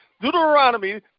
Deuteronomy